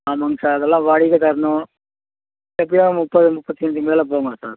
ஆமாங்க சார் அதெல்லாம் வாடகை தரணும் எப்படியோ முப்பது முப்பத்தஞ்சிக்கு மேலே போகமாட்டேன்